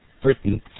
Britain